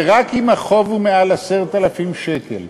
ורק אם החוב הוא מעל 10,000 שקל.